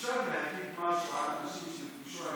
אפשר להגיד משהו על הכבישים,